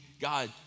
God